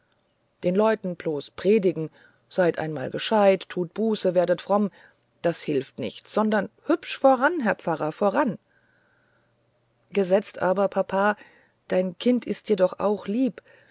den leuten bloß predigen seid einmal gescheit tut buße werdet fromm das hilft nichts sondern hübsch voran herr pfarrer voran gesetzt aber papa dein kind ist dir doch auch lieb